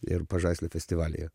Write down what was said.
ir pažaislio festivalyje